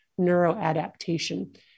neuroadaptation